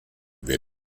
wir